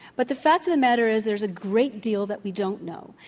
but the fact of the matter is, there's a great deal that we don't know.